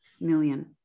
million